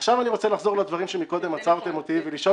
עכשיו אני רוצה לחזור לדברים שקודם עצרתם אותי ולשאול